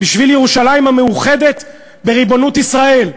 בשביל ירושלים המאוחדת בריבונות ישראל.